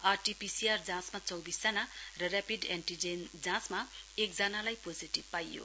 RT-PCR जाँचमा चौविसजना र रेपिट एनटिजेन जाँचमा एकजनालाई पोजिटिभ पाइयो